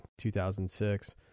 2006